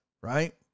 Right